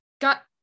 Got